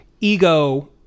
ego